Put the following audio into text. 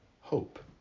hope